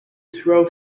throw